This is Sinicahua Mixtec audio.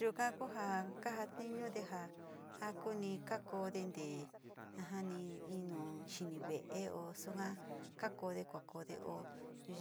Yuu ka'a konjá kanja niño ndika'a njakuni nja kondenté ajanii ino'o xhini vé'e oxongá kakonde konde hó